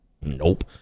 Nope